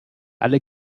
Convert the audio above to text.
alle